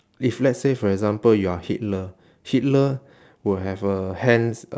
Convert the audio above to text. if let's say for example you are hitler hitler would have a hand s~ uh